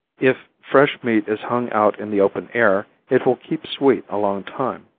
if fresh meat is hung out in the open air, it will keep sweet a long time.